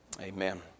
amen